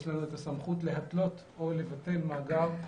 יש לנו את הסמכות להתלות או לבטל מאגר,